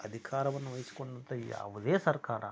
ಅಧಿಕಾರವನ್ನು ವಹಿಸಿಕೊಂಡಂತ ಯಾವುದೇ ಸರ್ಕಾರ